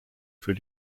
für